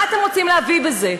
מה אתם רוצים להביא בזה?